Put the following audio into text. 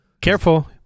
Careful